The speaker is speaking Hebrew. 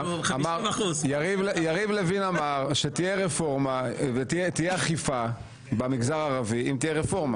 יריב לוין אמר שתהיה רפורמה ותהיה אכיפה במגזר הערבי אם תהיה רפורמה.